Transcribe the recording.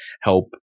help